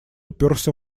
упёрся